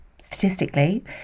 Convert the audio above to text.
statistically